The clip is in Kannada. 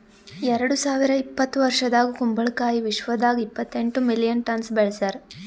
ಎರಡು ಸಾವಿರ ಇಪ್ಪತ್ತು ವರ್ಷದಾಗ್ ಕುಂಬಳ ಕಾಯಿ ವಿಶ್ವದಾಗ್ ಇಪ್ಪತ್ತೆಂಟು ಮಿಲಿಯನ್ ಟನ್ಸ್ ಬೆಳಸ್ಯಾರ್